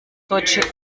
deutsche